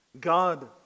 God